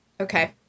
Okay